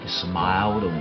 smiled